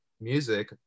music